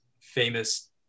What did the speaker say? famous